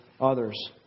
others